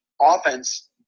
offense